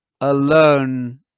alone